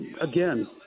again